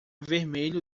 vermelho